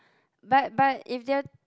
but but if they are